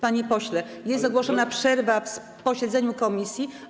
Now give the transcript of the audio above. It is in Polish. Panie pośle, jest ogłoszona przerwa w posiedzeniu komisji.